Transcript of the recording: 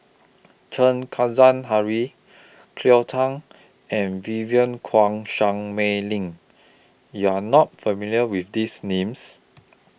Chen Kezhan Henri Cleo Thang and Vivien Quahe Seah Mei Lin YOU Are not familiar with These Names